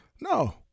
No